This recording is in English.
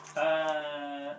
uh